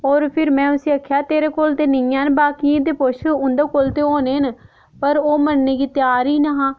और फिर में उसी आखेआ तेरे कोल ते नेईं हैन बाकियें गी ते पुच्छ उं'दे कोल ते होने ना पर ओह् मन्नने गी त्यार ही नेहा